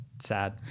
sad